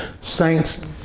Saints